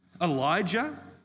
Elijah